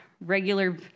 regular